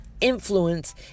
influence